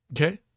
Okay